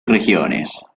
regiones